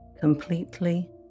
completely